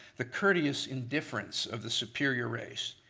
the courteous indifference of the superior race.